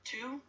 Two